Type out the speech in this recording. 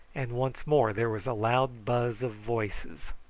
and once more there was a loud buzz of voices.